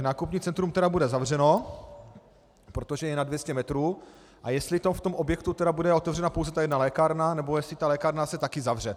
Nákupní centrum tedy bude zavřeno, protože je nad 200 metrů, a jestli v tom objektu bude otevřena pouze ta jedna lékárna, nebo jestli ta lékárna se taky zavře.